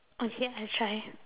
okay I try